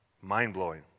Mind-blowing